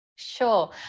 Sure